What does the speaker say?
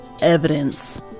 evidence